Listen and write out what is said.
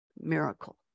Miracle